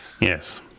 yes